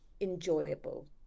enjoyable